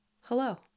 Hello